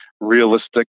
realistic